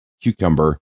cucumber